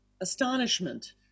astonishment